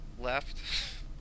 left